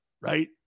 right